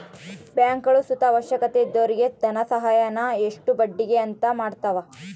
ಬ್ಯಾಂಕ್ಗುಳು ಸುತ ಅವಶ್ಯಕತೆ ಇದ್ದೊರಿಗೆ ಧನಸಹಾಯಾನ ಇಷ್ಟು ಬಡ್ಡಿಗೆ ಅಂತ ಮಾಡತವ